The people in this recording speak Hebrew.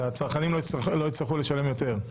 שהצרכנים לא יצטרכו לשלם יותר.